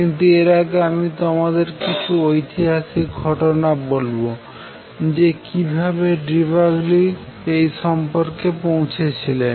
কিন্তু এর আগে আমি তোমাদের কিছু ঐতিহাসিক ঘটনা বলবো যে কিভাবে ডি ব্রগলি এই সম্পর্কে পৌঁছেছিলেন